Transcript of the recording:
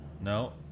No